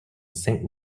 saint